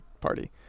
party